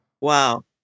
Wow